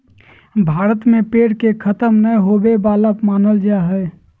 भारत में पेड़ के खतम नय होवे वाला मानल जा हइ